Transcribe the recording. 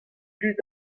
dud